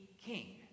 king